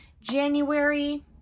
january